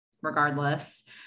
regardless